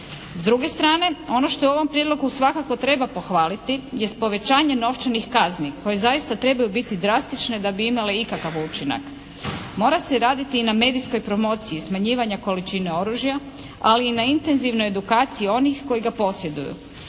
S druge strane ono što u ovom prijedlogu svakako treba pohvaliti jest povećanje novčanih kazni koje zaista trebaju biti drastične da bi imale ikakav učinak. Mora se raditi i na medijskoj promociji smanjivanja količine oružja, ali i na intenzivnoj edukaciji onih koji ga posjeduju.